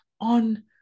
on